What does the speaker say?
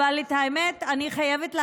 אבל האמת, אני חייבת להגיד,